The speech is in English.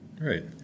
right